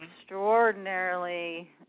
extraordinarily